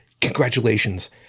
congratulations